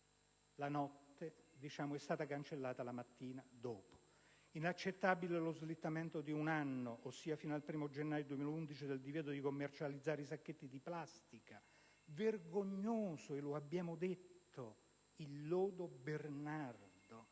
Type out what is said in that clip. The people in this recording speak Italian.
cosa è stata cancellata la mattina dopo. Inaccettabile lo slittamento di un anno, ossia fino al 1° gennaio 2011, del divieto di commercializzare i sacchetti di plastica. Vergognoso - e lo abbiamo detto - il lodo Bernardo,